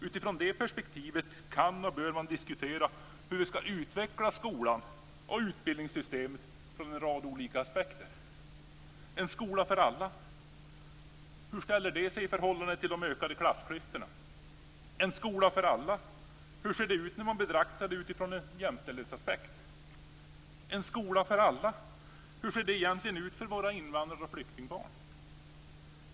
Utifrån det perspektivet kan och bör man diskutera hur vi ska utveckla skolan och utbildningssystemet från en rad olika aspekter. En skola för alla - hur ställer det sig i förhållande till de ökade klassklyftorna? En skola för alla - hur ser det ut när man betraktar det utifrån en jämställdhetsaspekt? En skola för alla - hur ser det egentligen ut för våra invandrar och flyktingbarn?